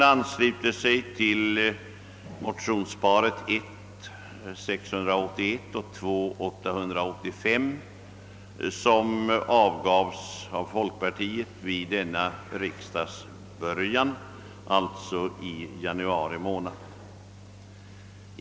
Den ansluter sig till motionsparet I:681 och II: 885, väckt av folkpartiet vid denna riksdags början.